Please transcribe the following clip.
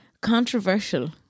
controversial